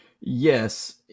Yes